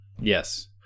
Yes